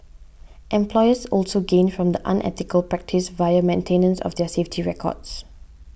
employers also gain from the unethical practice via maintenance of their safety records